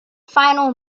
final